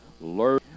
learn